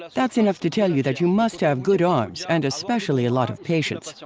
that's enough to tell you that you must have good arms and especially a lot of patience.